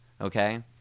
okay